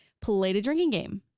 played a drinking game.